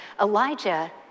Elijah